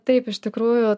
taip iš tikrųjų